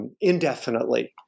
indefinitely